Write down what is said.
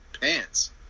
pants